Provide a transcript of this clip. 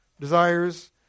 Desires